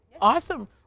awesome